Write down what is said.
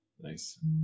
Nice